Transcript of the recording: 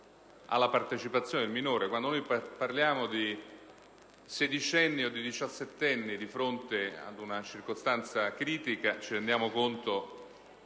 alla partecipazione del minore. Quando parliamo di sedicenni o di diciassettenni di fronte ad una circostanza critica, ci rendiamo conto